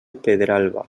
pedralba